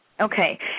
Okay